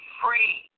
free